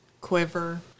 quiver